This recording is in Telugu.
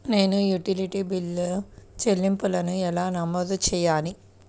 నేను యుటిలిటీ బిల్లు చెల్లింపులను ఎలా నమోదు చేయాలి?